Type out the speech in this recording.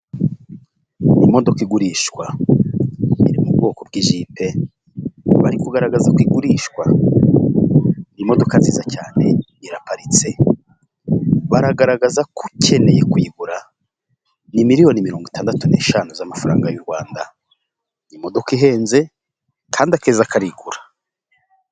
Imodoka igurishwa iri mu bwoko bw'ijipe bari kugaragaza uko igurishwa imodoka nziza cyane iraparitse, baragaragaza ko ukeneye kuyigura ni miliyoni mirongo itandatu n'eshanu z'amafaranga y'u Rwanda, ni imodoka ihenze kandi akeza karigura.